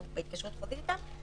שהוא בהתקשרות חוזית אתם.